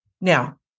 Now